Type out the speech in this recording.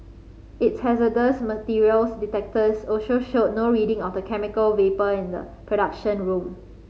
its hazardous materials detectors also showed no reading of the chemical vapour in the production room